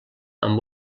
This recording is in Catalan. amb